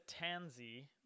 Tanzi